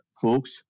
folks